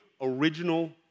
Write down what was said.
original